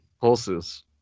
pulses